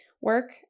work